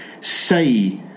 say